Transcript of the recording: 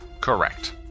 Correct